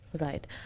Right